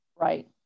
Right